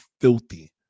filthy